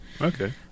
Okay